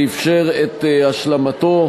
ואפשר את השלמתו.